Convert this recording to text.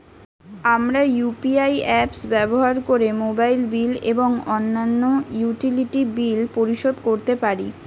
আমরা UPI apps ব্যবহার করে মোবাইল বিল এবং অন্যান্য ইউটিলিটি বিল পরিশোধ করতে পারি